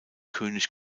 könig